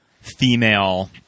female